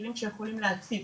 נחלים שיכולים להציף,